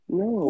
no